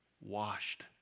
washed